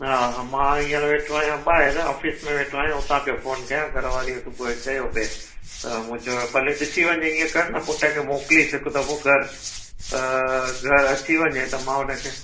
हा हा मां हींअर वेठो आहियां ऑफ़िस में वेठो आहियां उतां पियो फ़ोन कयां घरवारीअ सुबुह चयो पिए त मूं चयो भले ॾिसी वञिजांइ पुट खे मोकिलीसि हिक दफ़ो घर त घर अची वञे मां उनखे